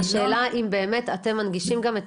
השאלה אם באמת אתם מנגישים גם את